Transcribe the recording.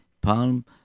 palm